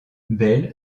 bell